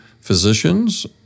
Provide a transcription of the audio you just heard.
physicians